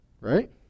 Right